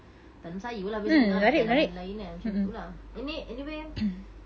tanam sayur lah basically kita orang dah tanam benda lain kan macam tu lah any~ anyway